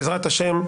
בעזרת השם,